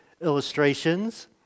illustrations